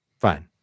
Fine